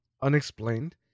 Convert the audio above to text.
unexplained